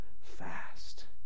fast